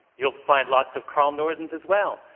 you'll find lots of carl nordens as well.